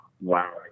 wow